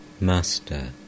Master